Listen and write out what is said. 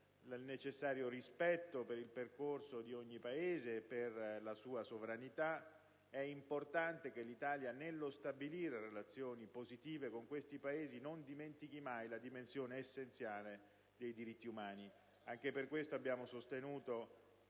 il necessario rispetto per il percorso di ogni Paese e per la sua sovranità, è importante che l'Italia, nello stabilire relazioni positive con questi Paesi, non dimentichi mai la dimensione essenziale dei diritti umani. Anche per questo motivo, abbiamo sostenuto